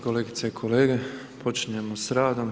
Kolegice i kolege, počinjemo s radom.